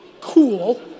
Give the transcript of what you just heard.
cool